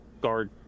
guard